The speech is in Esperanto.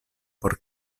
por